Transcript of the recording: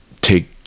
take